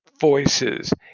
voices